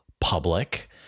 public